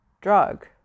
drug